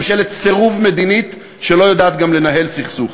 ממשלת סירוב מדינית שלא יודעת גם לנהל סכסוך.